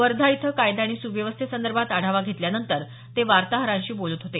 वर्धा इथं कायदा आणि सुव्यवस्थेसंदर्भात आढावा घेतल्यानंतर ते वार्ताहरांशी बोलत होते